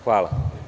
Hvala.